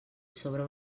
sobre